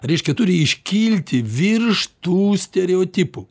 reiškia turi iškilti virš tų stereotipų